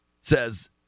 Says